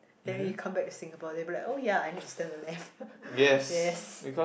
then when you come back to Singapore they'll be like oh ya I need to stand on the left yes